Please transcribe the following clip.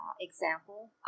example